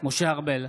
משה ארבל,